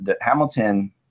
Hamilton